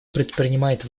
предпринимает